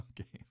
Okay